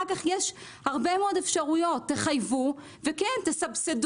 אחר כך יש הרבה מאוד אפשרויות: תחייבו ותסבסדו